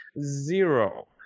zero